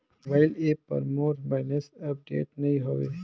mobile app पर मोर balance update नई हवे